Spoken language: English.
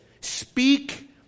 Speak